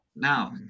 Now